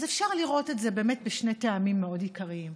אז אפשר לראות את זה משני טעמים עיקריים: